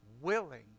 Willing